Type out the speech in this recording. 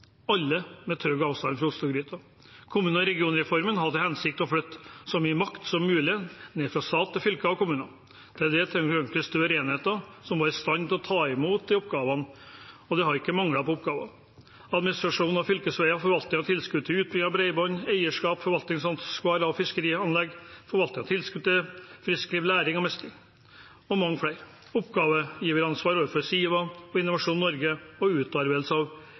alle med trygg avstand fra Oslo-gryta. Kommune- og regionreformen hadde til hensikt å flytte så mye makt som mulig ned fra stat til fylker og kommuner. Til det trengte vi å øke til større enheter som var i stand til å ta imot de oppgavene, og det har ikke manglet på oppgaver: administrasjon av fylkesveier, forvaltning av tilskudd til utvidet bredbånd, eierskap og forvaltningsansvar for fiskerihavneanlegg, forvaltning av tilskudd til friskliv, læring og mestring, og mange flere, oppgavegiveransvar overfor Siva og Innovasjon Norge, utarbeidelse av